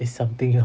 is something else